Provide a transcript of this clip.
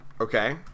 Okay